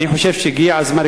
אני חושב שהגיע הזמן,